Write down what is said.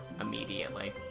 immediately